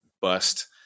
bust